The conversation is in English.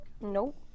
Nope